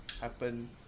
happen